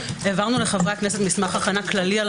העברנו לחברי הכנסת מסמך הכנה כללי על